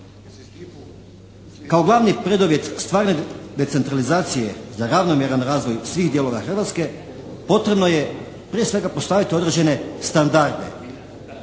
Kao glavni preduvjet stvaranja decentralizacije za ravnomjeran razvoj svih dijelova Hrvatske potrebno je prije svega postaviti određene standarde.